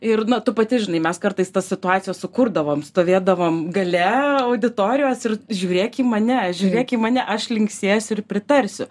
ir na tu pati žinai mes kartais tas situacijas sukurdavom stovėdavom gale auditorijos ir žiūrėk į mane žiūrėk į mane aš linksėsiu ir pritarsiu